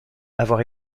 avoir